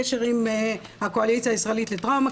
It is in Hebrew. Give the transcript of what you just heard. קשר עם הקואליציה הישראלית לטראומה,